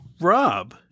Rob